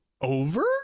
over